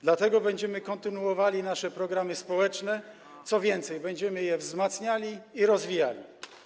Dlatego będziemy kontynuowali nasze programy społeczne, co więcej - będziemy je wzmacniali i rozwijali.